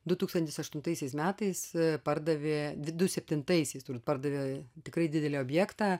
du tūkstantis aštuntaisiais metais pardavė du septintaisiais pardavė tikrai didelį objektą